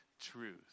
truth